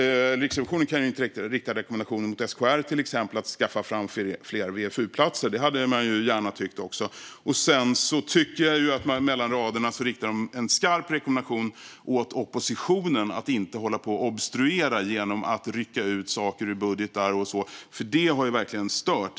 Riksrevisionen kan inte rikta rekommendationer till SKR att till exempel skaffa fram fler VFU-platser. Det hade vi gärna sett. Mellan raderna riktar de en skarp rekommendation till oppositionen att inte hålla på och obstruera genom att rycka ut saker ur budgetar och så, för det har verkligen stört.